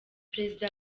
prezida